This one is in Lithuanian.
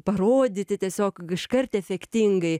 parodyti tiesiog iškart efektingai